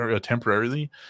temporarily